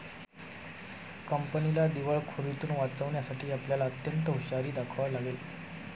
कंपनीला दिवाळखोरीतुन वाचवण्यासाठी आपल्याला अत्यंत हुशारी दाखवावी लागेल